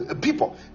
people